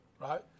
right